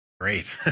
Great